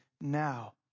Now